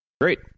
Great